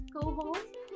co-host